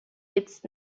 its